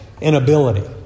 inability